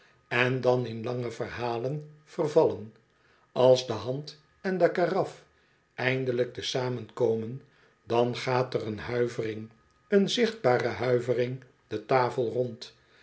en dan in lange verhalen vervallen als do hand en de karaf eindelijk te zamen komen dan gaat er een huivering een zichtbare huivering de tafel rond